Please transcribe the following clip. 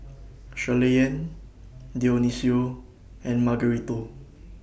Shirleyann Dionicio and Margarito